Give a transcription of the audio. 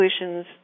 solutions